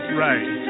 right